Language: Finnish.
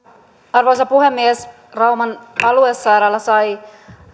arvoisa puhemies rauman aluesairaala sai